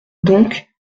donc